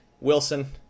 wilson